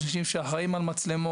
יש אנשים שאחראים על מצלמות,